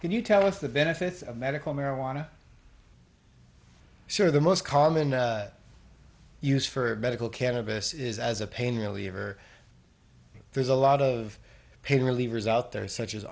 can you tell us the benefits of medical marijuana sure the most common use for medical cannabis is as a pain reliever there's a lot of pain relievers out there such as